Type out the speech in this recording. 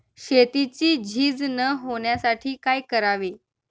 शेतीची झीज न होण्यासाठी काय करावे?